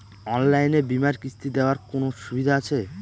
অনলাইনে বীমার কিস্তি দেওয়ার কোন সুবিধে আছে?